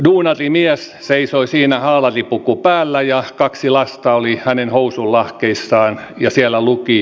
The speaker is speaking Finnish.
duunarimies seisoi siinä haalaripuku päällä ja kaksi lasta oli hänen housunlahkeissaan ja siellä luki